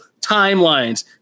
timelines